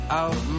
out